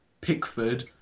Pickford